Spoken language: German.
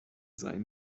seien